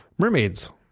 Mermaids